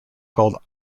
called